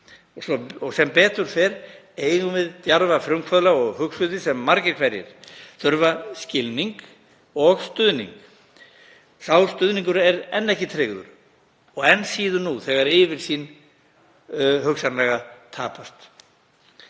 Og sem betur fer eigum við djarfa frumkvöðla og hugsuði sem margir hverjir þurfa skilning og stuðning. Sá stuðningur er enn ekki tryggður og enn síður nú þegar yfirsýn tapast